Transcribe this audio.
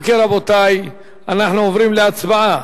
אם כן, רבותי, אנחנו עוברים להצבעה.